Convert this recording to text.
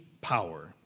power